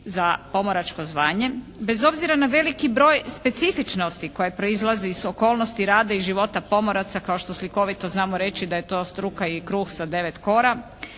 za pomoračko zvanje, bez obzira na veliki broj specifičnosti koje proizlaze iz okolnosti rada i života pomoraca kao što slikovito znamo reći da je to struka i kruh sa 9 kora,